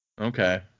Okay